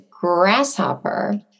grasshopper